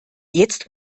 jetzt